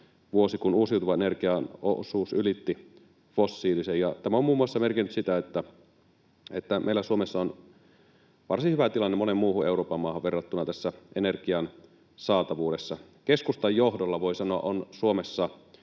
vuosi, kun uusiutuvan energian osuus ylitti fossiilisen, ja tämä muun muassa merkitsee sitä, että meillä Suomessa on varsin hyvä tilanne moneen muuhun Euroopan maahan verrattuna tässä energian saatavuudessa. Keskustan johdolla, voi sanoa, on Suomessa